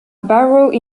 barrow